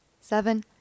seven